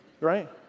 Right